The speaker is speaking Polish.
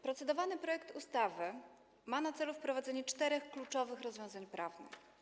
Procedowany projekt ustawy ma na celu wprowadzenie czterech kluczowych rozwiązań prawnych.